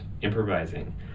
improvising